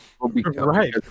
Right